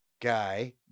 guy